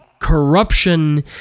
corruption